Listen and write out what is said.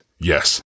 yes